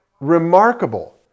Remarkable